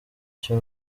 icyo